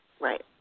Right